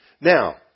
Now